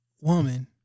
woman